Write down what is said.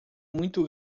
muito